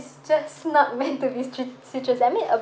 it's just not meant to be tri~ citrus I mean a